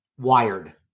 Wired